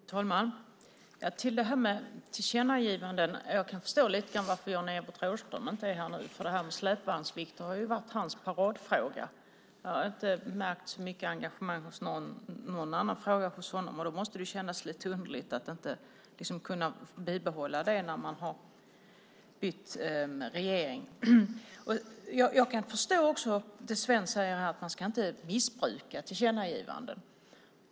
Fru talman! När det gäller tillkännagivanden kan jag lite förstå varför Jan-Evert Rådhström inte är här nu, för släpvagnsvikter har ju varit hans paradfråga. Jag har inte märkt så mycket engagemang för någon annan fråga från honom, och då måste det ju kännas lite underligt att inte kunna bibehålla det när man har bytt regering. Jag kan förstå det Sven säger här, att man inte ska missbruka tillkännagivanden.